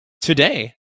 today